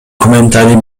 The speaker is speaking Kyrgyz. комментарий